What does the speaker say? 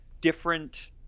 different